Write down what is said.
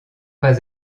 pas